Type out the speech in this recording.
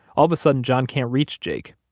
all of a sudden, john can't reach jake.